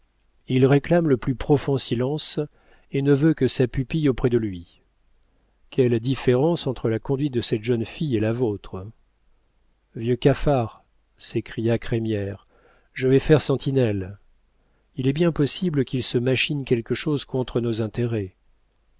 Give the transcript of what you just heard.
il réclame le plus profond silence et ne veut que sa pupille auprès de lui quelle différence entre la conduite de cette jeune fille et la vôtre vieux cafard s'écria crémière je vais faire sentinelle il est bien possible qu'il se machine quelque chose contre nos intérêts